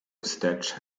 wstecz